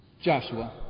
Joshua